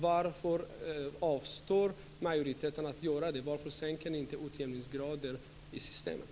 Varför avstår majoriteten från att göra det? Varför sänker ni inte utjämningsgraden i systemen?